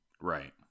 Right